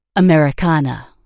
Americana